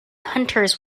hunters